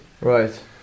Right